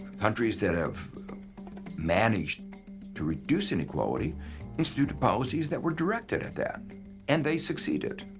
countries that have managed to reduce inequality instituted policies that were directed at that and they succeeded.